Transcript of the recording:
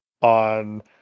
on